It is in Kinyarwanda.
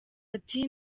ati